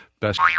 best